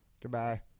Goodbye